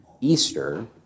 Easter